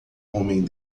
homem